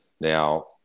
Now